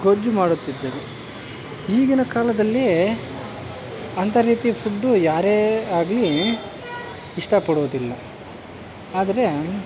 ಗೊಜ್ಜು ಮಾಡುತ್ತಿದ್ದರು ಈಗಿನ ಕಾಲದಲ್ಲಿ ಅಂತ ರೀತಿ ಫುಡ್ಡು ಯಾರೇ ಆಗಲಿ ಇಷ್ಟಪಡುವುದಿಲ್ಲ ಆದರೆ